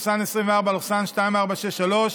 פ/2463/24,